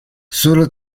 solo